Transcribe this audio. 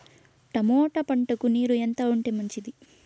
Tomato పంటకు నీరు ఎంత ఉంటే మంచిది?